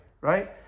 right